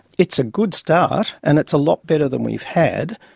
it's a good start, and it's a lot better than we've had,